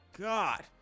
God